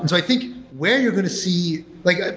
and i think where you're going to see like ah